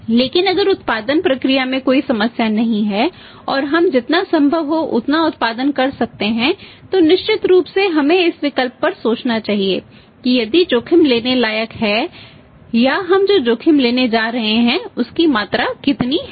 लेकिन अगर उत्पादन प्रक्रिया में कोई समस्या नहीं है और हम जितना संभव हो उतना उत्पादन कर सकते हैं तो निश्चित रूप से हमें इस विकल्प पर सोचना चाहिए कि यदि जोखिम लेने लायक है या हम जो जोखिम लेने जा रहे हैं उसकी मात्रा कितनी है